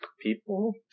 people